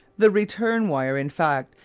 the return wire, in fact,